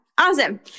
awesome